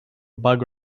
bug